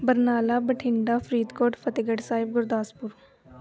Barnala Bathinda Faridkot Fatehgarh Sahib Gurdaspur